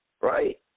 Right